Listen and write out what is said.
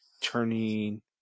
turning